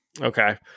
Okay